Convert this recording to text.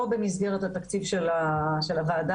לא במסגרת התקציב של הוועדה.